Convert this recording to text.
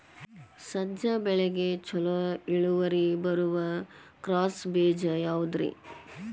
ಸಜ್ಜೆ ಬೆಳೆಗೆ ಛಲೋ ಇಳುವರಿ ಬರುವ ಕ್ರಾಸ್ ಬೇಜ ಯಾವುದ್ರಿ?